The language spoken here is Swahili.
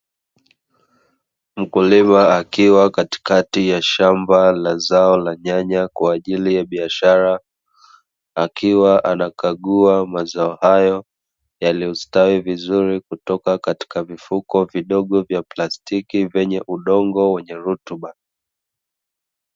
Mkulima akiwa katikati ya shamba la zao la nyanya kwa ajili ya biashara, akiwa anakagua mazao hayo, yaliyostawi vizuri kutoka katika vifuko vidogo vya plastiki vyenye udongo wenye rutuba.